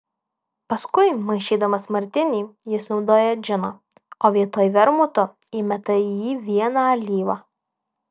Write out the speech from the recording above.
paskui maišydamas martinį jis naudoja džiną o vietoj vermuto įmeta į jį vieną alyvą